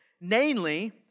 namely